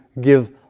give